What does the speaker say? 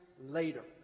later